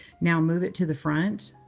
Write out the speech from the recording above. now, move it to the front.